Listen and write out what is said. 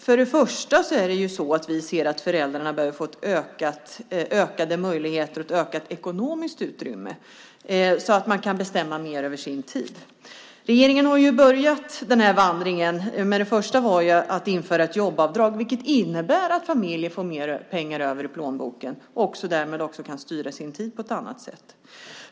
För det första ser vi att föräldrarna bör få ökade möjligheter och ett ökat ekonomiskt utrymme så att man mer kan bestämma över sin tid. Regeringen har börjat den här vandringen. Det första var att införa ett jobbavdrag, vilket innebär att familjer får mer pengar över i plånboken och därmed kan styra sin tid på ett annat sätt.